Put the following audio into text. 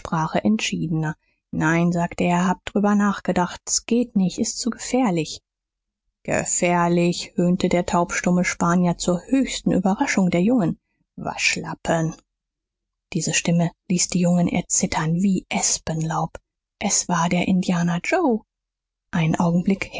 entschiedener nein sagte er hab drüber nachgedacht s geht nicht s ist zu gefährlich gefährlich höhnte der taubstumme spanier zur höchsten überraschung der jungen waschlappen diese stimme ließ die jungen erzittern wie espenlaub es war der indianer joe einen augenblick